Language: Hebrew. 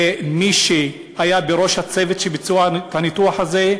מי שהיה בראש הצוות שביצע את הניתוח הזה,